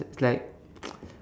it's like